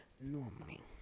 normally